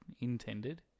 intended